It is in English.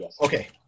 Okay